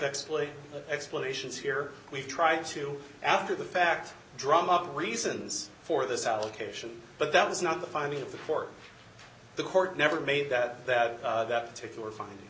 exploit explanations here we've tried to after the fact drum up reasons for this allocation but that was not the finding of the court the court never made that that that particular f